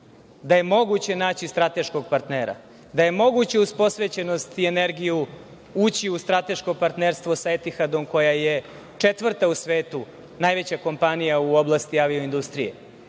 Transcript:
Da je moguće naći strateškog partnera, da je moguće uz posvećenost i energiju, ući u strateško partnerstvo sa „Etihadom“ koja je četvrta u svetu najveća kompanija u oblasti avioindustrije.